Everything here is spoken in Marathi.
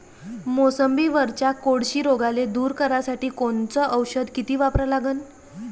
मोसंबीवरच्या कोळशी रोगाले दूर करासाठी कोनचं औषध किती वापरा लागन?